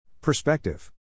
Perspective